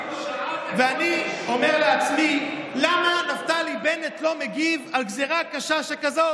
ואני אומר לעצמי: למה נפתלי בנט לא מגיב על גזרה קשה שכזאת?